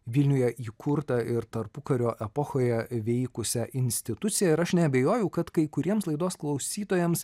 vilniuje įkurtą ir tarpukario epochoje veikusią instituciją ir aš neabejoju kad kai kuriems laidos klausytojams